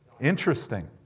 Interesting